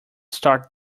start